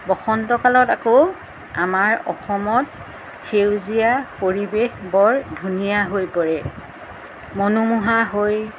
বসন্তকালত আকৌ আমাৰ অসমত সেউজীয়া পৰিৱেশ বৰ ধুনীয়া হৈ পৰে মনোমোহা হৈ